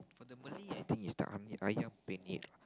for the Malay I think is the am~ Ayam-Penyet lah